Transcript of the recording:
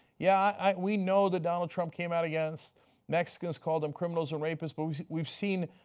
yeah and we know that donald trump came out against mexicans, called them criminals and rapists, but we've we've seen